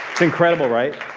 incredible, right?